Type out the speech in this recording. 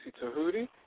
Tahuti